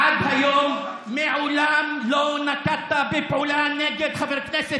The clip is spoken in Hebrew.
עד היום מעולם לא נקטת פעולה נגד חבר כנסת